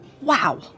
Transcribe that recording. Wow